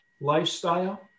lifestyle